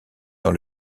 dans